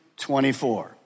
24